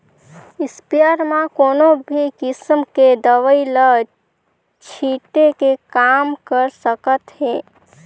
sprayer म कोनो भी किसम के दवई ल छिटे के काम कर सकत हे